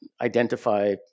identify